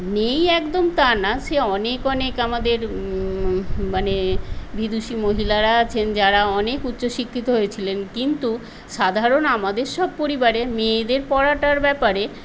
নেইই একদম তা না সে অনেক অনেক আমাদের মানে বিদুষী মহিলারা আছেন যারা অনেক উচ্চশিক্ষিত হয়েছিলেন কিন্তু সাধারণ আমাদের সব পরিবারে মেয়েদের পড়াটার ব্যাপারে